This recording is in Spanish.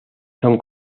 son